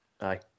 Aye